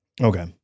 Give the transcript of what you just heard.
Okay